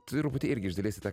truputį irgi iš dalies į tą